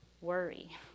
worry